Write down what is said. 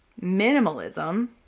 minimalism